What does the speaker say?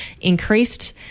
increased